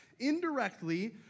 indirectly